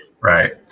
Right